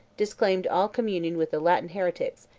disclaimed all communion with the latin heretics,